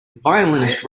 violinist